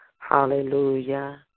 Hallelujah